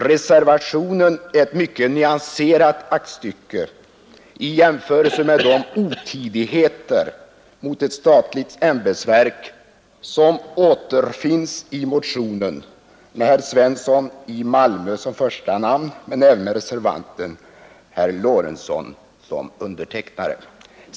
Reservationen är ett mycket nyanserat aktstycke i jämförelse med de otidigheter mot ett statligt ämbetsverk som återfinns i motionen med herr Svensson i Malmö som första namn och även med reservanten herr Lorentzon som undertecknare.